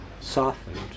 softened